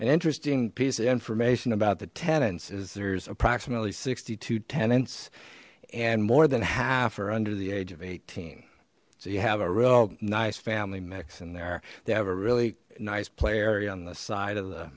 and interesting piece of information about the tenants is there's approximately sixty two tenants and more than half are under the age of eighteen so you have a real nice family mix in there they have a really nice play area on the side of the